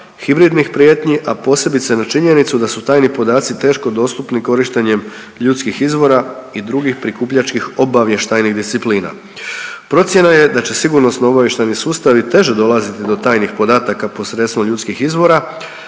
hibridnih prijetnji, a posebice na činjenicu da su tajni podaci teško dostupni korištenjem ljudskih izvora i drugih prikupljačkih obavještajnih disciplina. Procjena je da će sigurnosno obavještajni sustavi teže dolaziti do tajnih podataka posredstvom ljudskih izvora,